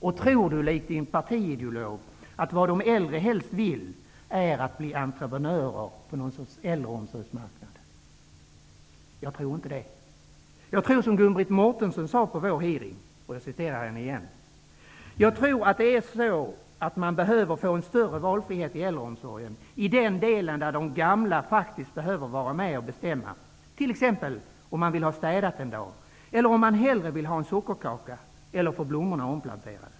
Och tror My Persson likt sin partiideolog att vad de äldre helst vill är att bli entreprenörer på någon sorts äldreomsorgsmarknad? Jag tror inte det. Jag tror som Gun-Britt Mårtensson gör. Hon sade på vår hearing: ''Jag tror att det är så, att man behöver få en större valfrihet i äldreomsorgen i den del där de gamla faktiskt behöver få vara med och bestämma, t.ex. om man vill ha städat en dag eller om man hellre vill ha en sockerkaka eller få blommorna omplanterade.